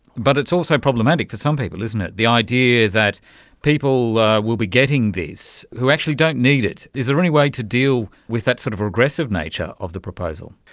but it is also problematic for some people, isn't it, the idea that people will be getting this who actually don't need it. is there any way to deal with that sort of a regressive nature of the proposal?